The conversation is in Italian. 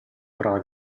prova